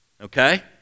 Okay